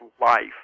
life